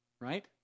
right